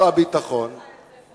כבר עשו לך את זה,